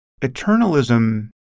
eternalism